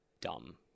dumb